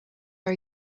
are